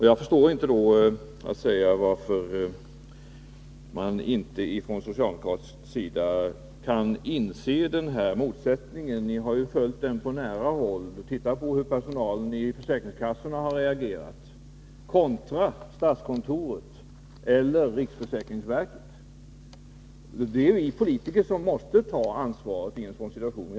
Jag förstår då inte varför man från socialdemokratisk sida inte kan inse att den här motsättningen föreligger. Ni har ju följt detta på nära håll. Se på hur personalen i försäkringskassorna har reagerat kontra statskontoret eller riksförsäkringsverket! Det är vi politiker som måste ta ansvaret i en sådan situation.